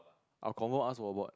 I will confirm ask for work